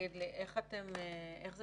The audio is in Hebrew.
איך זה